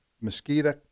mosquito